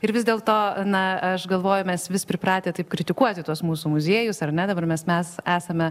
ir vis dėl to na aš galvoju mes vis pripratę taip kritikuoti tuos mūsų muziejus ar ne dabar mes mes esame